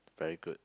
very good